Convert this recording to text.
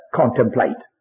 contemplate